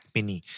Mini